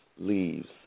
leaves